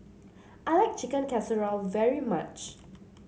I like Chicken Casserole very much